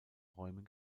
räumen